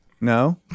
No